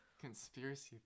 Conspiracy